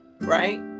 right